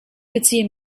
beziehe